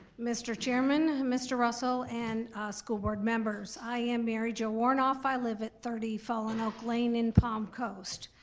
mr. chairman, mr. russell and school board members. i am mary-joe warnoff, i live at thirty fallen oak lane in palm coast.